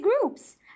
groups